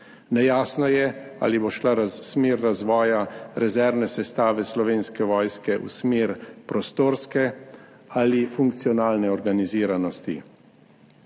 Nejasno je, ali bo šla v smer razvoja rezervne sestave Slovenske vojske v smer prostorske ali funkcionalne organiziranosti.